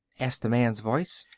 asked the man's voice.